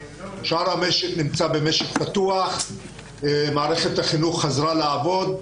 שאר המשק פתוח, מערכת החינוך חזרה לעבוד,